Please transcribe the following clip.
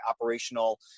operational